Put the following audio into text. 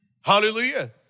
Hallelujah